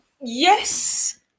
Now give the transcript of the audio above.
Yes